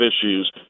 issues